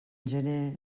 gener